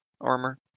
armor